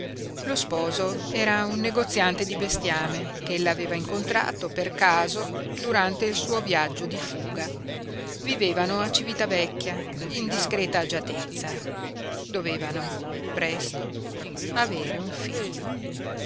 lo sposo era un negoziante di bestiame ch'ella aveva incontrato per caso durante il suo viaggio di fuga vivevano a civitavecchia in discreta agiatezza dovevano presto avere un figlio